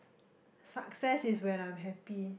success is when I'm happy